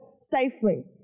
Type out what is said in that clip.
safely